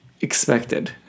expected